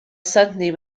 suddenly